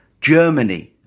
Germany